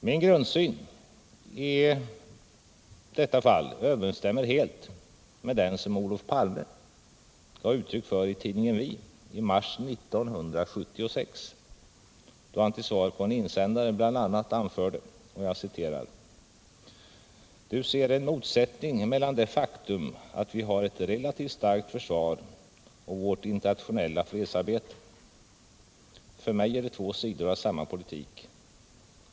Min grundsyn i detta avseende överensstämmer helt med den som Olof Palme gav uttryck för i tidningen Vi i mars 1976, då han som svar på en insändare bl.a. anförde: ”Du ser en motsättning mellan det faktum att vi har ett relativt starkt försvar och vårt internationella fredsarbete. För mig är det två sidor av samma politik.